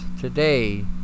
today